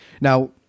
Now